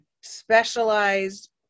specialized